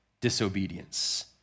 disobedience